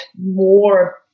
more